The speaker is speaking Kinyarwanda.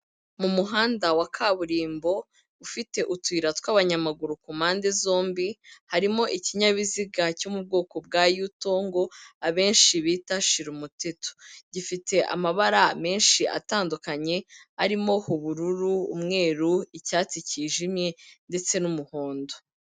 Mu muhanda wa kaburimbo ufite utuyira tw'abanyamaguru ku mpande zombi, harimo ikinyabiziga cyo mu bwoko bwa Yutongo, abenshi bita shirumuteto, gifite amabara menshi atandukanye arimo ubururu, umweru, icyatsi cyijimye ndetse n'umuhondo.